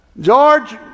George